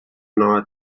nova